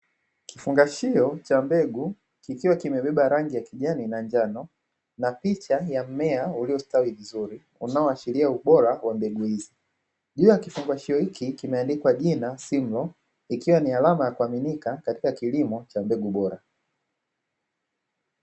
Kifungashio cha mbegu kikiwa kimebeba rangi ya kijani na njano na picha ya mmea uliostawi vizuri unaoashiria ubora wa mbegu hizi, juu ya kifungashio hiki kimeandikwa jina "simroni" ikiwa ni alama ya kuaminika katika kilimo cha mbegu bora.